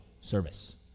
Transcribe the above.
service